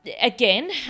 again